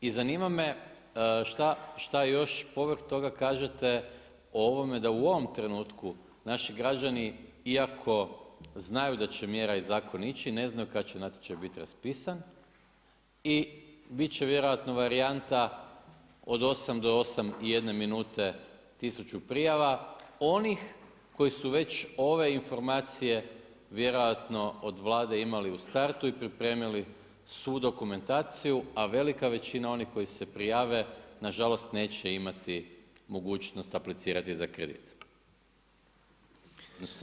I zanima me šta još povrh toga kažete o ovome da u ovom trenutku naši građani iako znaju da će mjera i zakon ići, ne znaju kada će natječaj biti raspisan i biti će vjerojatno varijanta od 8 do 8 i jedne minute 1000 prijava, onih koji su već ove informacije, vjerojatno od Vlade imali u startu i pripremili svu dokumentaciju, a velika većina onih koji se prijave, na žalost neće imati mogućnost aplicirati za kredit, za subvenciju.